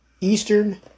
Eastern